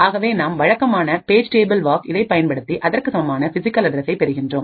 ஆகவே நாம் வழக்கமான பேஜ் டேபிள் வாக் இதைப் பயன்படுத்தி அதற்கு சமமான பிசிகல் அட்ரசை பெறுகின்றோம்